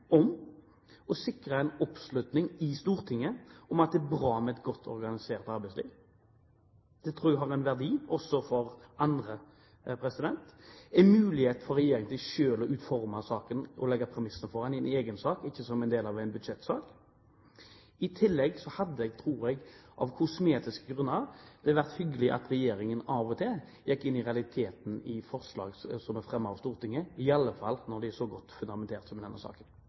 om å sikre oppslutning i Stortinget om at det er bra med et godt organisert arbeidsliv. Det tror jeg har verdi også for andre og er en mulighet for regjeringen til selv å utforme saken og legge premisser for den i en egen sak, og ikke som en del av en budsjettsak. I tillegg hadde det – synes jeg – av kosmetiske grunner vært hyggelig om regjeringen av og til gikk inn i realiteten i forslag som er fremmet av Stortinget, i alle fall når de er så godt fundamentert som i denne saken.